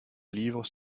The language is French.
livres